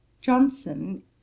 Johnson